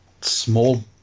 small